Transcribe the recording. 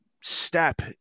step